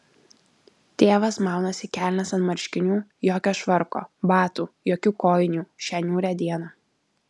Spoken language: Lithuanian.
tėvas maunasi kelnes ant marškinių jokio švarko batų jokių kojinių šią niūrią dieną